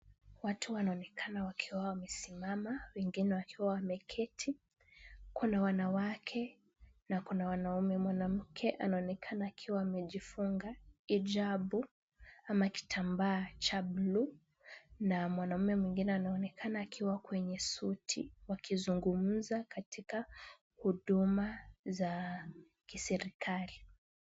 Watu wanaonekana wakiwa wamesimama, wengine wakiwa wameketi. Kuna wanawake na kuna wanaume. Mwanamke anaonekana akiwa amejifunga hijabu ama kitambaa cha buluu na mwanamume mwengine anaonekana akiwa kwenye suti wakizungumza katika huduma za serikali.